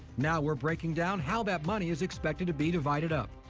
now we're breaking down how that money is expected to be divided up.